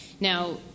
Now